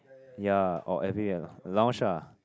ya or lounge ah